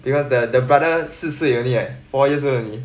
because the the brother 四岁 only right four years old only